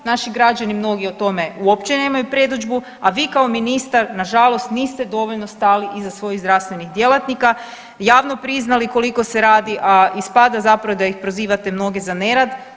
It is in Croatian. Naši građani mnogi o tome uopće nemaju predodžbu, a vi kao ministar na žalost niste dovoljno stali iza svojih zdravstvenih djelatnika, javno priznali koliko se radi, a ispada zapravo da ih prozivate mnoge za nerad.